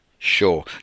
Sure